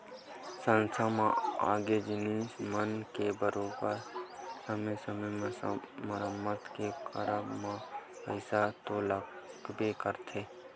संस्था म लगे जिनिस मन के बरोबर समे समे म मरम्मत के करब म पइसा तो लगबे करथे